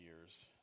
years